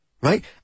right